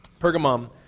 Pergamum